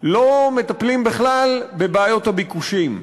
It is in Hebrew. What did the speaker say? ולא מטפלים בכלל בבעיות הביקושים.